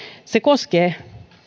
se koskee